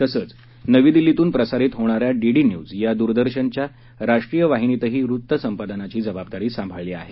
तसंच नवी दिल्लीतून प्रसारित होणाऱ्या डीडी न्यूज या दूरदर्शनच्या राष्ट्रीय वृत्तवाहिनीतही वृत्त संपादनाची जबाबदारी सांभाळली आहे